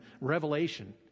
revelation